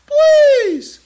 Please